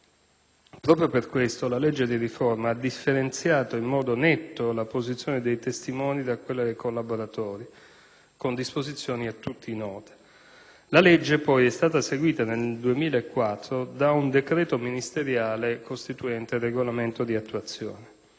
Proprio per questo, la legge di riforma ha differenziato in modo netto la posizione dei testimoni da quella dei collaboratori, con disposizioni a tutti note. La legge, poi, è stata seguita nel 2004 da un decreto ministeriale costituente regolamento di attuazione.